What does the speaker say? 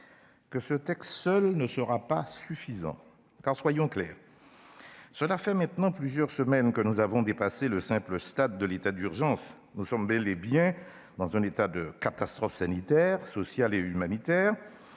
que ce texte seul ne sera pas suffisant. Soyons clairs : cela fait maintenant plusieurs semaines que nous avons dépassé le simple stade de l'état d'urgence ; nous faisons bel et bien face à une catastrophe sanitaire, sociale et humanitaire.